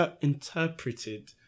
interpreted